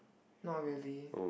not really